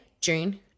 June